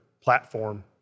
platform